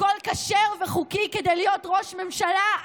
הכול כשר וחוקי כדי להיות ראש ממשלה,